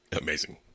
Amazing